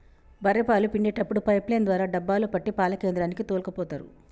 బఱ్ఱె పాలు పిండేప్పుడు పైపు లైన్ ద్వారా డబ్బాలో పట్టి పాల కేంద్రానికి తోల్కపోతరు